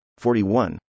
41